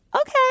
okay